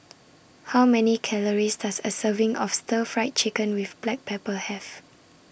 How Many Calories Does A Serving of Stir Fried Chicken with Black Pepper Have